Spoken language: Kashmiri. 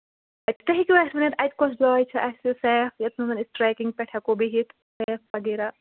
تُہۍ ہیٚکِو اَسہِ ؤِنِتھ اَتہِ کۄس جاے چھِ اَسہِ سیٚف یَتھ منٛز أسۍ ٹرٛیکِنٛگ پٮ۪ٹھ ہٮ۪کو بِہِتھ سیٚف وغیرہ